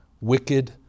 Wicked